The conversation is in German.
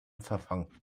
verfangen